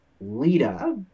Lita